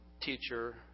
teacher